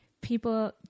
people